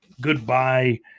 Goodbye